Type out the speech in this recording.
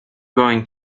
going